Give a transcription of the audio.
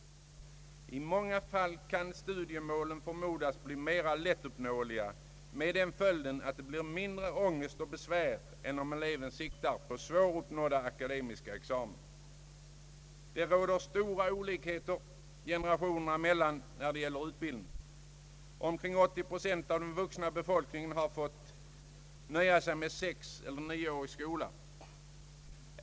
I många fall kan studiemålen förmodas bli mera lättuppnåeliga, med den följden att det blir mindre ångest och besvär än om eleven siktar på en svåruppnådd akademisk examen. Stora olikheter råder generationerna emellan när det gäller utbildning. Omkring 80 procent av den vuxna befolkningen har fått nöja sig med sexeller nioårig skola.